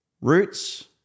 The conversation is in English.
Roots